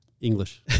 English